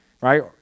right